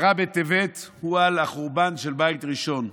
עשרה בטבת הוא על החורבן של בית ראשון.